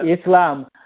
Islam